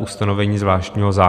ustanovení zvláštního zákona.